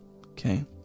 Okay